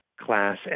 class